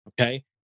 Okay